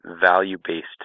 value-based